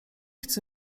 chce